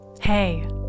hey